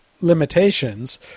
limitations